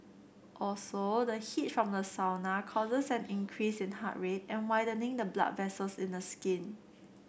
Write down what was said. also the heat from the sauna causes an increase in heart rate and widening the blood vessels in the skin